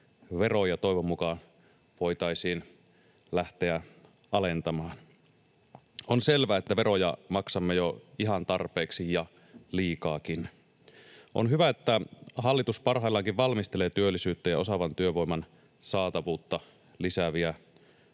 veroja toivon mukaan voitaisiin lähteä alentamaan. On selvää, että veroja maksamme jo ihan tarpeeksi ja liikaakin. On hyvä, että hallitus parhaillaankin valmistelee työllisyyttä ja osaavan työvoiman saatavuutta lisääviä